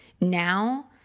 Now